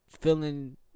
feeling